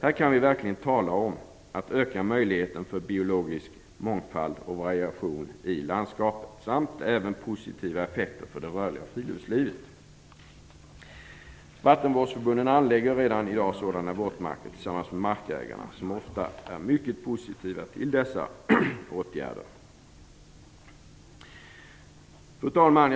Här kan vi verkligen tala om att öka möjligheten för biologisk mångfald och variation i landskapet samt även om positiva effekter för det rörliga friluftslivet. Vattenvårdsförbunden anlägger redan i dag sådana våtmarker tillsammans med markägarna, som ofta är mycket positiva till dessa åtgärder. Fru talman!